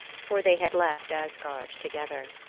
for they had left asgard together.